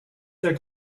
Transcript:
their